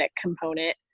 component